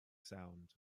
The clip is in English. sound